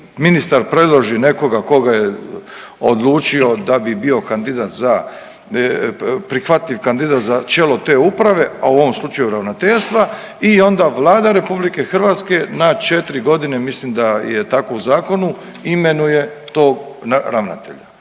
ministar predloži nekoga koga je odlučio da bi bio kandidat za, prihvatljiv kandidat za čelo te uprave, a u ovom slučaju ravnateljstva i onda Vlada RH na 4.g., mislim da je tako u zakonu, imenuje tog ravnatelja,